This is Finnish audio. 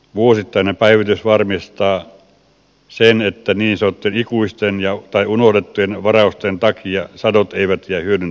vuosittainen päivitys varmistaa sen että ikuisten tai unohdettujen varausten takia sadot eivät jää hyödyntämättä